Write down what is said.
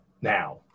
now